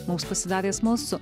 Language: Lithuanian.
mums pasidarė smalsu